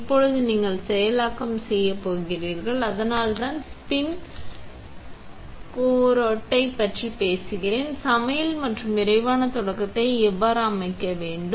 இப்போது நாங்கள் செயலாக்க செய்ய போகிறோம் அதனால் நான் ஸ்பின் கோரேட்டைப் பற்றி பேசுவேன் சமையல் மற்றும் விரைவான தொடக்கத்தை எவ்வாறு அமைக்க வேண்டும்